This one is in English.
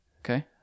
okay